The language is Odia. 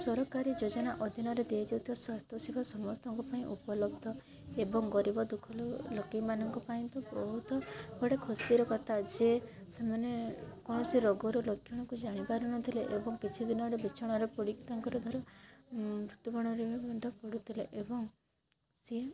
ସରକାରୀ ଯୋଜନା ଅଧିନରେ ଦିଆଯାଉଥିବା ସ୍ୱାସ୍ଥ୍ୟସେବା ସମସ୍ତଙ୍କ ପାଇଁ ଉପଲବ୍ଧ ଏବଂ ଗରିବ ଦୁଃଖି ଲୋକମାନଙ୍କ ପାଇଁ ତ ବହୁତ ବଡ଼ ଖୁସିର କଥା ଯେ ସେମାନେ କୌଣସି ରୋଗର ଲକ୍ଷଣକୁ ଜାଣିପାରୁନଥିଲେ ଏବଂ କିଛିଦିନ ବିଛଣାରେ ପଡ଼ିକି ତାଙ୍କର ଧର ମୃତ୍ୟୁବରଣରେ ମଧ୍ୟ ପଡ଼ୁଥିଲେ ଏବଂ ସେ